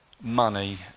money